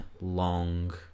long